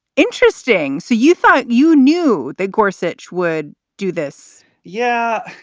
interesting. so you thought you knew they gorsuch would do this? yeah,